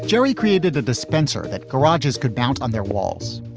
jerry created a dispenser that garages could bounce on their walls.